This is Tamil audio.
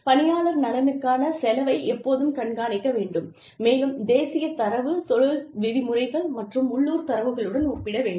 பணியாளர் நலனுக்கான செலவை எப்போதும் கண்காணிக்க வேண்டும் மேலும் தேசிய தரவு தொழில் விதிமுறைகள் மற்றும் உள்ளூர் தரவுகளுடன் ஒப்பிட வேண்டும்